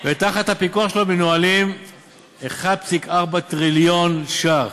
ותחת הפיקוח שלו מנוהלים 1.4 טריליון ש"ח,